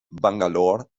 bangalore